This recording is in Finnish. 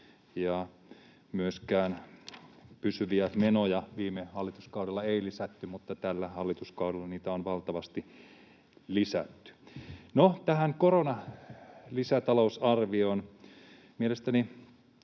Myöskään pysyviä menoja viime hallituskaudella ei lisätty, mutta tällä hallituskaudella niitä on valtavasti lisätty. No, tähän korona-lisätalousarvioon. Mielestäni